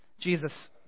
Jesus